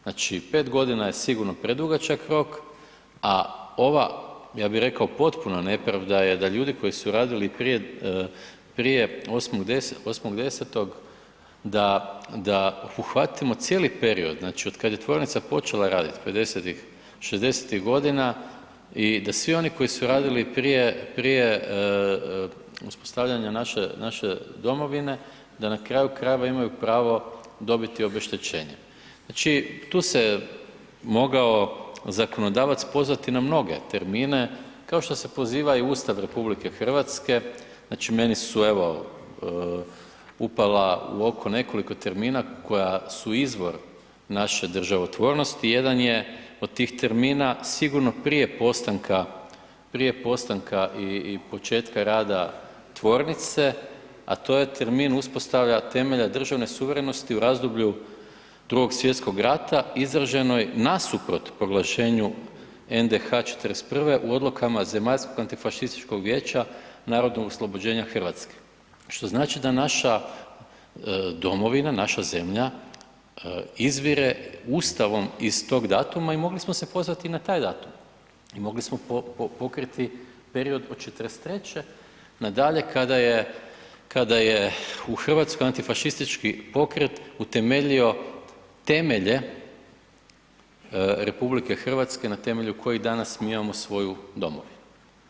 Znači 5.g. je sigurno predugačak rok, a ova, ja bi rekao potpuna nepravda je da ljudi koji su radili prije 8.10. da uhvatimo cijeli period, znači otkad je tvornica počela radit '50.-tih, '60.-tih godina i da svi oni koji su radili prije uspostavljanja naše domovine da na kraju krajeva imaju pravo dobiti obeštećenje, znači tu se mogao zakonodavac pozvati na mnoge termine, kao što se poziva i Ustav RH, znači meni su evo upala u oko nekoliko termina koja su izvor naše državotvornosti, jedan je od tih termina sigurno prije postanka i početka rada tvornice, a to je termin uspostavljanja temelja državne suverenosti u razdoblju Drugog svjetskog rata izraženoj nasuprot proglašenju NDH '41. u odlukama Zemaljskog antifašističkog vijeća narodnog oslobođenja Hrvatske, što znači da naša domovina, naša zemlja izvire Ustavom iz tog datuma i mogli smo se pozvati na taj datum i mogli smo pokriti period od '43. na dalje kada je u Hrvatskoj antifašistički pokret utemeljio temelje RH na temelju kojih danas mi imamo svoju domovinu.